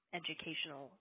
educational